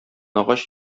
агач